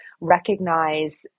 recognize